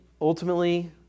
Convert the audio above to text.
ultimately